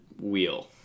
wheel